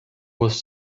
was